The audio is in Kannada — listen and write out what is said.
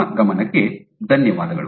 ನಿಮ್ಮ ಗಮನಕ್ಕೆ ಧನ್ಯವಾದಗಳು